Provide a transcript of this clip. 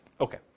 Okay